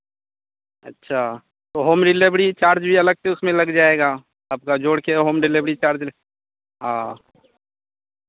अच्छा तो home delivery charge भी अलग से उसमें लग जाएगा आपका जोड़ कर होम डिलेवरी चार्ज़ ल् हाँ